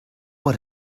what